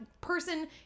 person